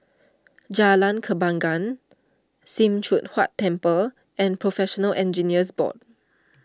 Jalan Kembangan Sim Choon Huat Temple and Professional Engineers Board